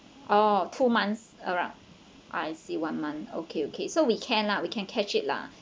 oh two months around I see one month okay okay so we can lah we can catch it lah